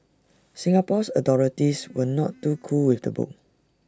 Singapore's authorities were not too cool with the book